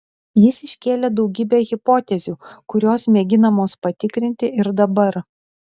jis iškėlė daugybę hipotezių kurios mėginamos patikrinti ir dabar